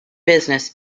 business